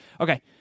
Okay